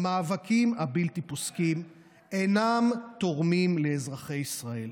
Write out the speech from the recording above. המאבקים הבלתי-פוסקים אינם תורמים לאזרחי ישראל.